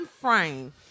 frame